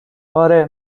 آره